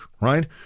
right